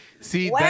See